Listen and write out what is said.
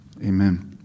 Amen